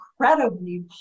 incredibly